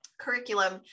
Curriculum